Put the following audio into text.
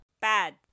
bad